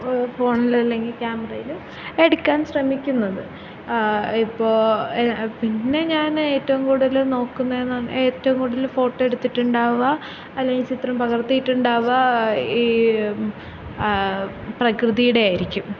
ഫോണിൽ അല്ലെങ്കിൽ ക്യാമറയില് എടുക്കാൻ ശ്രമിക്കുന്നത് ഇപ്പോൾ പിന്നെ ഞാന് ഏറ്റവും കൂടുതല് നോക്കുന്നത് എന്ന് പറഞ്ഞാൽ ഏറ്റവും കൂടുതല് ഫോട്ടൊ എടുത്തിട്ടുണ്ടാവുക അല്ലെങ്കിൽ ചിത്രം പകർത്തിയിട്ടുണ്ടാവുക ഈ പ്രകൃതിയുടെ ആയിരിക്കും